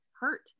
hurt